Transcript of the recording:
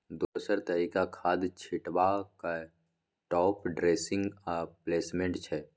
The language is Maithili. दोसर तरीका खाद छीटबाक टाँप ड्रेसिंग आ प्लेसमेंट छै